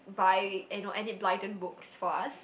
buy you know Enid-Blyton books for us